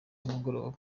z’umugoroba